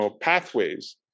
pathways